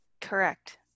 Correct